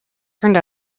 turned